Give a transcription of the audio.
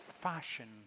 fashion